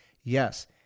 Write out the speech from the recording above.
Yes